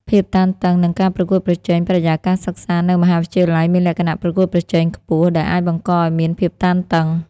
ភាពតានតឹង និងការប្រកួតប្រជែងបរិយាកាសសិក្សានៅមហាវិទ្យាល័យមានលក្ខណៈប្រកួតប្រជែងខ្ពស់ ដែលអាចបង្កឲ្យមានភាពតានតឹង។